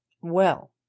Well